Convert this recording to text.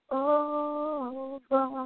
over